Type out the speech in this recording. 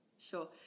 Sure